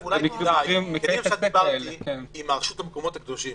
אני דיברתי עם הרשות למקומות הקדושים,